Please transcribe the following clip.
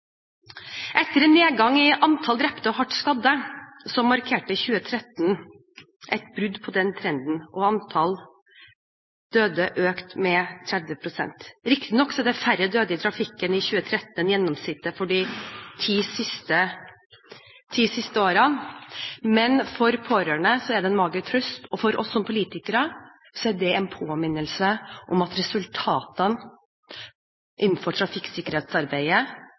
Etter en nedgang i antall drepte og hardt skadde markerte 2013 et brudd på den trenden. Antall døde økte med 30 pst. Riktignok var det færre døde i trafikken i 2013 enn gjennomsnittet for de ti siste årene, men for pårørende er det en mager trøst, og for oss som politikere er det en påminnelse om at resultatene av trafikksikkerhetsarbeidet